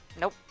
Nope